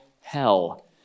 hell